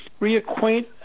reacquaint